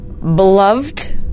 beloved